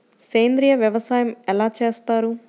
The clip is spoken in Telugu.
సేంద్రీయ వ్యవసాయం ఎలా చేస్తారు?